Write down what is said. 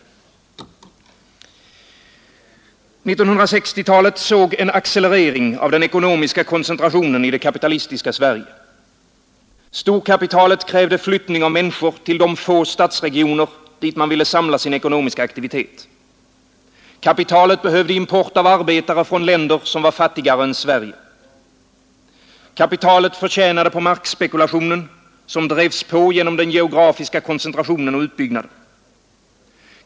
1960-talet såg en accelerering av den ekonomiska koncentrationen i det kapitalistiska Sverige. Storkapitalet krävde flyttning av människor till de få stadsregioner, dit man ville samla sin ekonomiska aktivitet. Kapitalet behövde import av arbetare från länder som var fattigare än Sverige. Kapitalet förtjänade på markspekulationen, som drevs på genom den geografiska koncentrationen och utbyggnaden.